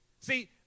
See